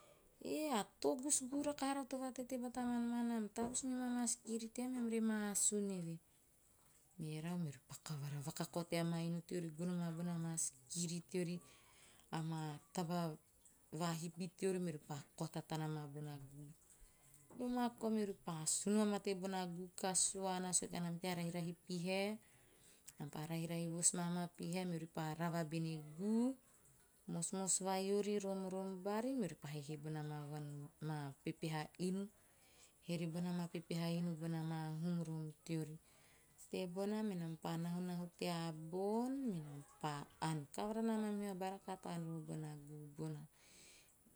"Eh, a togus guu rakaha rau to vatete sikiri team eam re ma asun eve." Merau meori pa kavara kao, vakakao tea maa inu teori, gono bona maa sikiri teori tatana ma bone guu. Noma koa meori pa asun vamate boneguu kasuana, sue kanam tea rahirahi pihae, nam pa rahirahi vos ma amaa pihae, meori pa rava bene guu, mosmos vai ori romrom bari meori pa hehe bona ma vanvan, maa pepeha inu, heribona maa pepeha ha inu bona maa hun rom teori. Tebona menan pa nahunahu tea bon, menam pa ann. Kavara na mamihu aba rakaha to ann bona guu bona.